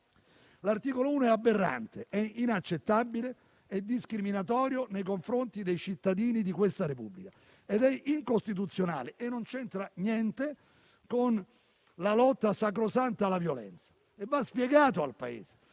L'articolo 1 è aberrante, inaccettabile e discriminatorio nei confronti dei cittadini di questa Repubblica. È incostituzionale e non c'entra niente con la lotta sacrosanta alla violenza. Va spiegato al Paese.